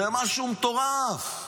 זה משהו מטורף.